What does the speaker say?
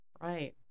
Right